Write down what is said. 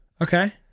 Okay